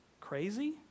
Crazy